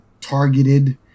targeted